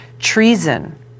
Treason